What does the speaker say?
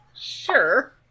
Sure